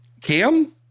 Cam